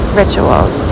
rituals